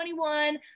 21